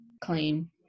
claim